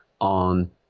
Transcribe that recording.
on